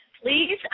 Please